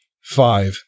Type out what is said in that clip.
five